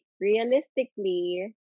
Realistically